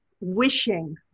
wishing